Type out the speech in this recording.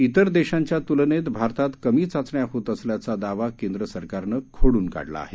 ित्र देशांच्या तुलनेत भारतात कमी चाचण्या होत असल्याचा दावा केंद्र सरकारने खोडून काढला आहे